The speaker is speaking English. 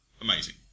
amazing